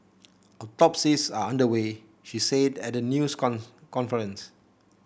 autopsies are under way she said at a news conference